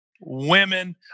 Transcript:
women